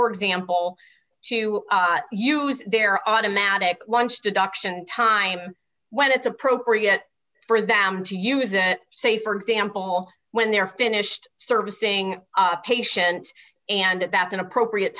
for example to use their automatic once deduction time when it's appropriate for them to use that say for example when they're finished servicing a patient and that's an appropriate